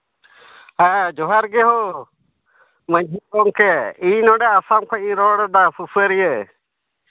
ᱦᱮᱸ ᱡᱚᱦᱟᱨ ᱜᱮ ᱦᱳ ᱢᱟᱹᱡᱷᱤ ᱜᱚᱢᱠᱮ ᱤᱧ ᱱᱚᱰᱮ ᱟᱥᱟᱢ ᱠᱷᱚᱱᱤᱧ ᱨᱚᱲᱫᱟ ᱥᱩᱥᱟᱹᱨᱤᱭᱟᱹ